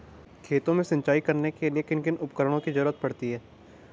खेत में सिंचाई करने के लिए किन किन उपकरणों की जरूरत पड़ती है?